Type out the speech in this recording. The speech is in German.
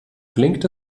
klingt